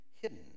hidden